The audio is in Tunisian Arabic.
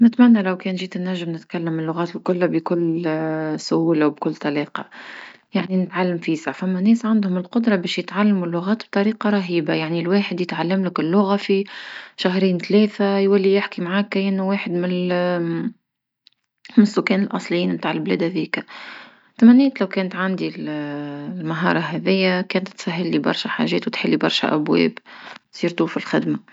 نتمنى ولو كان جيت نتكلم اللغات كل بكل سهولة وبكل طلاقة يعني نعلم فيساع، فما ناس عندهم القدرة باش يتعلمو اللغات بطريقة رهيبة يعني الواحد يتعلملك اللغة في شهرين ثلاثة يولي يحكي معا كأنو واحد من من السكان الأصلين متاع لبلاد هذيكة، تمنيت لو كان عندي المهارة هذيا كانت تسهلي برشا حاجات وتحلي برشا أبواب خاصتا في الخدمة.